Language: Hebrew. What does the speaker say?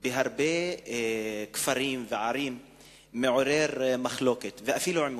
בהרבה כפרים וערים מעורר מחלוקת ואפילו עימותים.